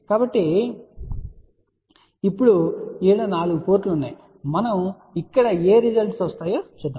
కాబట్టి ఇప్పుడు ఈ 4 పోర్టులు ఉన్నాయి మనం ఇక్కడ ఏ రిజల్ట్స్ వస్తాయో చూద్దాం